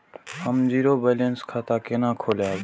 हम zero balance खाता केना खोलाब?